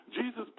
Jesus